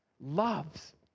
loves